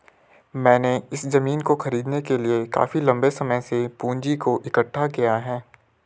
मैंने इस जमीन को खरीदने के लिए काफी लंबे समय से पूंजी को इकठ्ठा किया है